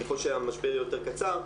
ככל שהמשבר יותר קצר,